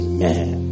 Amen